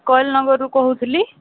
call ନମ୍ୱର୍ରୁ କହୁଥିଲି